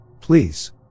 Please